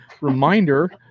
reminder